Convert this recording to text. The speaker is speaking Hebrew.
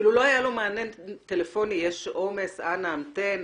אפילו לא היה לו מענה טלפוני דוגמת "יש עומס אנא המתן,